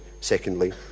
secondly